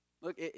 look